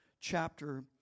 chapter